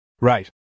Right